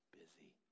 busy